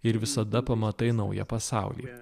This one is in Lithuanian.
ir visada pamatai naują pasaulį